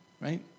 right